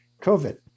COVID